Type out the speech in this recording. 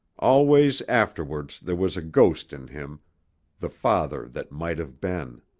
always afterwards there was a ghost in him the father that might have been.